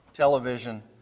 television